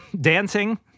dancing